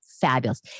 fabulous